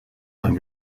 ein